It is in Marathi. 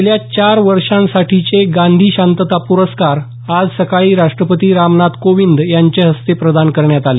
गेल्या चार वर्षांसाठीचे गांधी शांतता प्रस्कार आज सकाळी राष्ट्रपती रामनाथ कोविंद यांचे हस्ते प्रदान करण्यात आले